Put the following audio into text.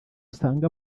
usanga